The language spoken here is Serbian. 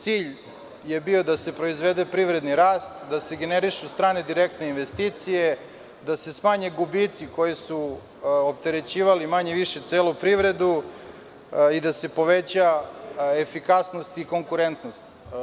Cilj je bio da se proizvede privredni rast, da se generišu strane i direktne investicije, da se smanje gubici koji su opterećivali manje-više celu privredu i da se poveća efikasnost i konkurentnost.